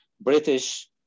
British